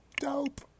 dope